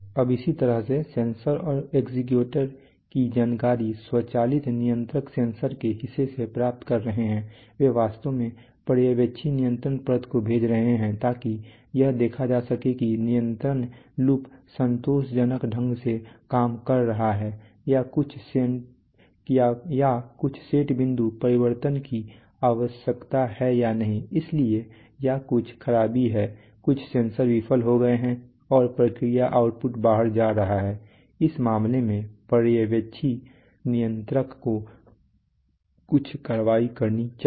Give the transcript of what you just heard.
अब इसी तरह से सेंसर और एक्चुएटर की जानकारी स्वचालित नियंत्रक सेंसर के हिस्से से प्राप्त कर रहे हैं वे वास्तव में पर्यवेक्षी नियंत्रण परत को भेज रहे हैं कि ताकि यह देखा जा सके कि नियंत्रण लूप संतोषजनक ढंग से काम कर रहा है या कुछ सेट बिंदु परिवर्तन की आवश्यकता है या नहीं इसलिए या कुछ खराबी है कुछ सेंसर विफल हो गया है और प्रक्रिया आउटपुट बाहर जा रहा है इस मामले में पर्यवेक्षी नियंत्रक को कुछ कार्रवाई करनी चाहिए